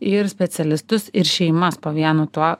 ir specialistus ir šeimas po vienu tuo